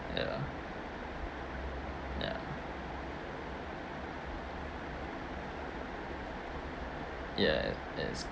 ya ya ya it's